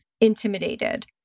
intimidated